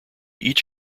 each